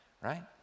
right